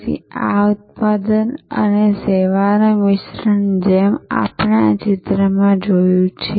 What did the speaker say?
તેથી આ ઉત્પાદન અને સેવાનું મિશ્રણ જેમ આપણે આ ચિત્રમાં જોયું છે